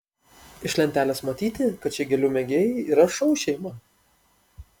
iš lentelės matyti kad šie gėlių mėgėjai yra šou šeima